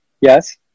Yes